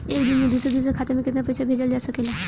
एक दिन में दूसर दूसर खाता में केतना पईसा भेजल जा सेकला?